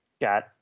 got